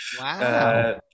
Wow